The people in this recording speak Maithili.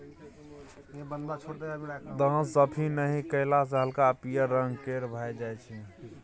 दांत साफ नहि कएला सँ हल्का पीयर रंग केर भए जाइ छै